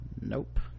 nope